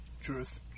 Truth